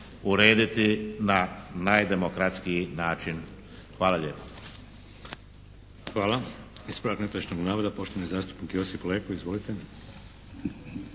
urediti na najdemokratskiji način. Hvala lijepo.